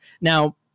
Now